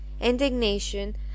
indignation